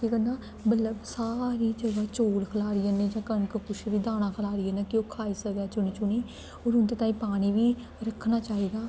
केह् करना मतलब सारी जगह् चौल खलारी औड़ने जां कनक कुछ बी दाना खलारी औड़ने कि ओह् खाई सकै चुनी चुनी होर उं'दे ताईं पानी बी रक्खना चाहिदा